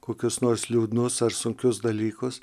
kokius nors liūdnus ar sunkius dalykus